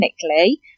technically